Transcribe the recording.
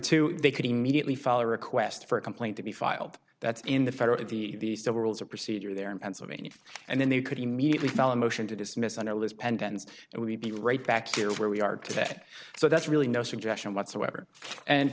two they could immediately follow request for a complaint to be filed that's in the federal if the rules of procedure there in pennsylvania and then they could immediately fell a motion to dismiss on a list and then it would be right back to where we are today so that's really no suggestion whatsoever and